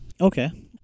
okay